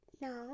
No